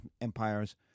empires